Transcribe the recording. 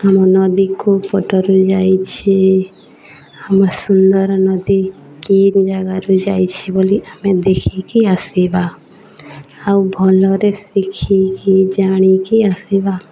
ଆମ ନଦୀ କେଉଁ ପଟରୁ ଯାଇଛି ଆମ ସୁନ୍ଦର ନଦୀ କି ଜାଗାରୁ ଯାଇଛି ବୋଲି ଆମେ ଦେଖିକି ଆସିବା ଆଉ ଭଲରେ ଶିଖିକି ଜାଣିକି ଆସିବା